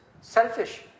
selfish